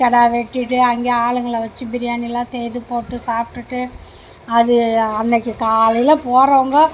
கிடா வெட்டிவிட்டு அங்கேயே ஆளுங்களை வச்சு பிரியாணியெலாம் செய்து போட்டு சாப்டுபிட்டு அது அன்றைக்கு காலையில் போகிறவுங்க